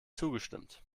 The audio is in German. zugestimmt